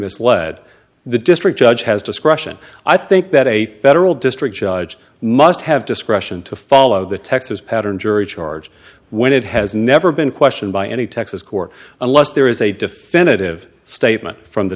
misled the district judge has discretion i think that a federal district judge must have discretion to follow the texas pattern jury charge when it has never been questioned by any texas court unless there is a definitive statement from the